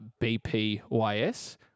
BPYS